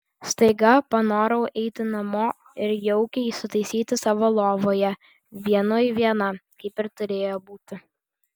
staiga panorau eiti namo ir jaukiai įsitaisyti savo lovoje vienui viena kaip ir turėjo būti